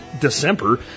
December